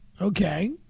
Okay